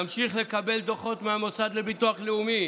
נמשיך לקבל דוחות מהמוסד לביטוח לאומי